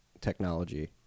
technology